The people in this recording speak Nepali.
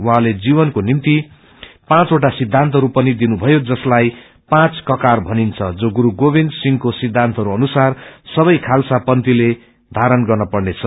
उहाँले जिउनको निम्ति पाँच वआ सिद्धान्तहरू पनिदिनुभयो जसलाई पाँच ककार भनिन्छ जो गुरू गोविन्द सिंहको सिद्धान्तहरू अनुसार सबै खालसा पीीते धारण गर्नपर्नेछ